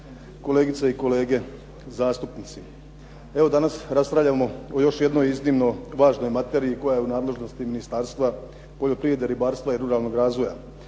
kolegice i kolege zastupnici. Evo danas raspravljamo o još jednoj iznimno važnoj materiji koja je u nadležnosti Ministarstva poljoprivrede, ribarstva i ruralnog razvoja,